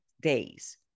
days